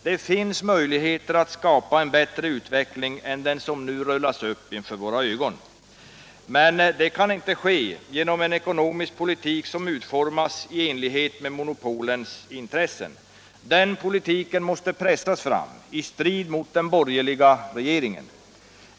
Det finns möjligheter att skapa en bättre utveckling än den som nu rullas upp inför våra ögon. Men det kan inte ske genom en ekonomisk politik som utformas i enlighet med monopolens intressen. Den politiken måste pressas fram, i strid mot den borgerliga regeringen.